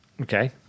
Okay